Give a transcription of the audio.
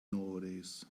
nowadays